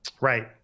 Right